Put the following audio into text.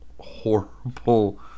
horrible